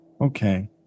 Okay